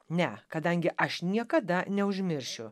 ne kadangi aš niekada neužmiršiu